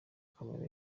camera